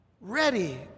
ready